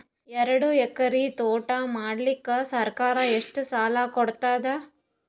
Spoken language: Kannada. ಎರಡು ಎಕರಿ ತೋಟ ಮಾಡಲಿಕ್ಕ ಸರ್ಕಾರ ಎಷ್ಟ ಸಾಲ ಕೊಡತದ?